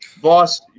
Boss